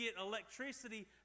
electricity